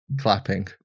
Clapping